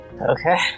Okay